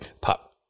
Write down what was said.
pop